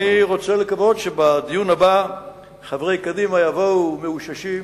אני רוצה לקוות שבדיון הבא חברי קדימה יבוא מאוששים,